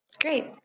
great